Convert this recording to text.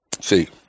see